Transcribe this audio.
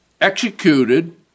executed